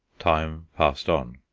time passed on.